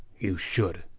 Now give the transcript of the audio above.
you should,